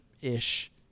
ish